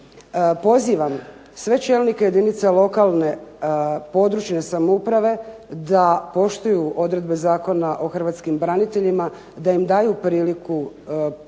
Pozivam sve čelnike jedinica lokalne, područne samouprave da poštuju odredbe Zakona o hrvatskim braniteljima, da im daju priliku za